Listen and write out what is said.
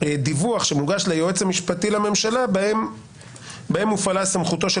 דיווח שמוגש ליועץ המשפטי לממשלה בהם הופעלה סמכותו של